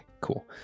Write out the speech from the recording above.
cool